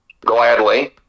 gladly